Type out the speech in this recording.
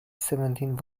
seventeen